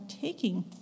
taking